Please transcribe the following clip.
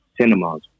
cinemas